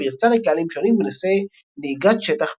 והרצה לקהלים שונים בנושאי נהיגת שטח וטיולים.